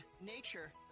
nature